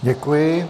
Děkuji.